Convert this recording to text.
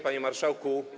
Panie Marszałku!